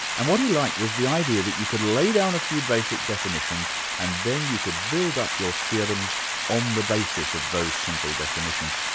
and what he liked was the idea that you could lay down a few basic definitions and then you could build up your theorems on the basis of those simple definitions.